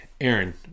aaron